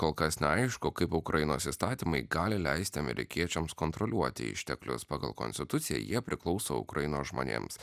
kol kas neaišku kaip ukrainos įstatymai gali leisti amerikiečiams kontroliuoti išteklius pagal konstituciją jie priklauso ukrainos žmonėms